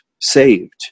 saved